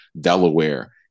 Delaware